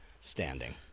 standing